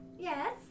Yes